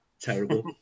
Terrible